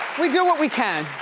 we do what we can.